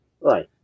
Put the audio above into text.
Right